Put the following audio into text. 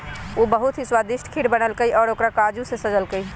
उ बहुत ही स्वादिष्ट खीर बनल कई और ओकरा काजू से सजल कई